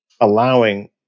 allowing